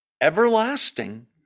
everlasting